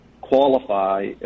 qualify